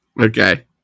Okay